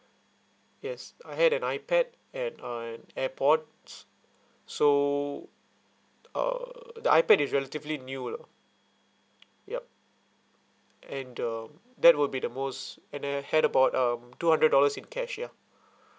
yes I had an ipad and uh airpods so uh the ipad is relatively new lah yup and um that will be the most and I had about uh mm two hundred dollars in cash ya